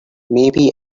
maybe